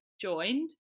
joined